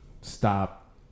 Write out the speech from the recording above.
stop